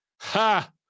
Ha